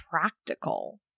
practical